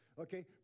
Okay